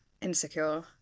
insecure